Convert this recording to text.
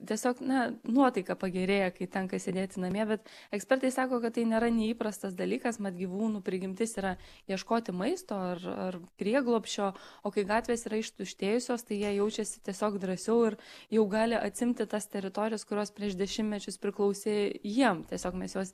tiesiog na nuotaika pagerėja kai tenka sėdėti namie bet ekspertai sako kad tai nėra neįprastas dalykas mat gyvūnų prigimtis yra ieškoti maisto ar ar prieglobsčio o kai gatvės yra ištuštėjusios tai jie jaučiasi tiesiog drąsiau ir jau gali atsiimti tas teritorijas kurios prieš dešimtmečius priklausė jiem tiesiog mes juos